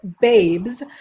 babes